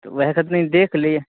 तऽ ओएह सब तनी देख ली